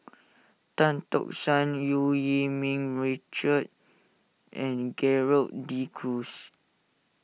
Tan Tock San Eu Yee Ming Richard and Gerald De Cruz